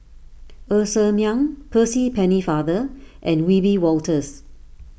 Ng Ser Miang Percy Pennefather and Wiebe Wolters